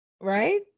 right